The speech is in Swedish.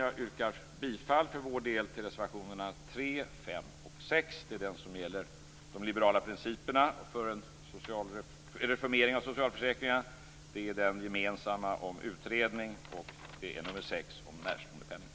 Jag yrkar bifall till reservationerna 3, 5 och 6. De gäller de liberala principerna för en reformering av socialförsäkringen, den gemensamma reservationen om utredning och reservationen om närståendepenning.